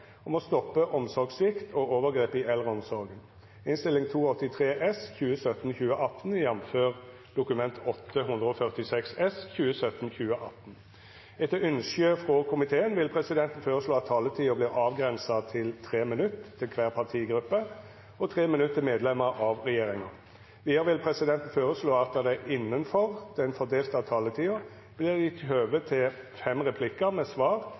om ordet til sak nr. 6. Etter ønske frå helse- og omsorgskomiteen vil presidenten føreslå at taletida vert avgrensa til 3 minutt til kvar partigruppe og 3 minutt til medlemer av regjeringa. Vidare vil presidenten føreslå at det – innanfor den fordelte taletida – vert gjeve høve til inntil fem replikkar med svar